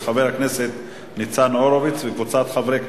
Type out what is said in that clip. נתקבלה.